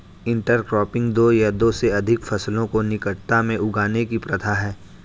intercropping दो या दो से अधिक फसलों को निकटता में उगाने की प्रथा है